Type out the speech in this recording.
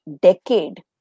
decade